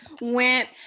went